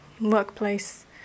Workplace